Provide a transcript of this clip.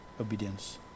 obedience